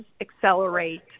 accelerate